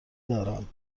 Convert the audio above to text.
دارم